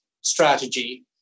strategy